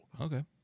Okay